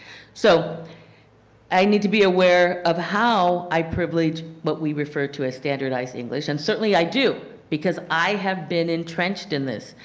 so i need to be aware of how i privilege what we refer to as standardize english. and certainly i do because i have been entrenched in this.